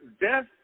death